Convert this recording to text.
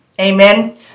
Amen